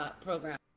Program